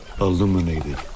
illuminated